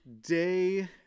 day